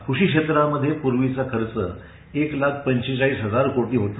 कृषी क्षेत्रामधे प्रवींचा खर्च एक लाख पंचेचाळीस हजार कोटी होता